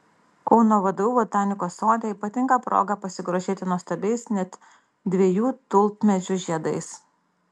kauno vdu botanikos sode ypatinga proga pasigrožėti nuostabiais net dviejų tulpmedžių žiedais